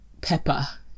Peppa